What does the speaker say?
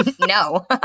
No